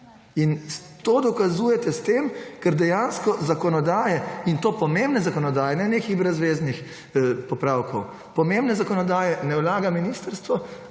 to dokazujete s tem, ker zakonodaje, in to pomembne zakonodaje, ne nekih brezveznih popravkov, pomembne zakonodaje ne vlaga ministrstvo,